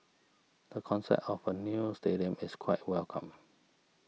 the concept of a new stadium is quite welcome